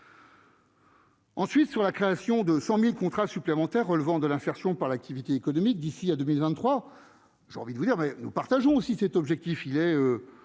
Ensuite, sur la création de 100000 contrats supplémentaires relevant de l'insertion par l'activité économique d'ici à 2023, j'ai envie de vous dire mais nous partageons aussi cet objectif, il est